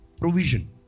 Provision